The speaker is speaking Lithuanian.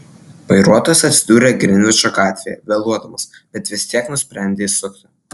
vairuotojas atsidūrė grinvičo gatvėje vėluodamas bet vis tiek nusprendė įsukti